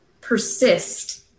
persist